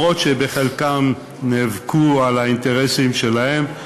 גם אם חלקם נאבקו על האינטרסים שלהם,